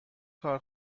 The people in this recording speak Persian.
کار